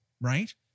right